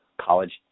college